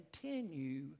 continue